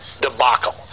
debacle